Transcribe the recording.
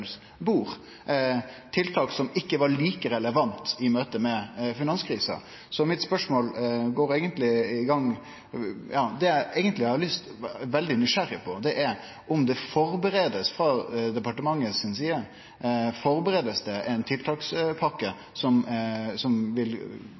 tiltak som ikkje var like relevante i møte med finanskrisa. Så det eg eigentleg er veldig nysgjerrig på, er om ein no førebur – frå departementet si side – ei tiltakspakke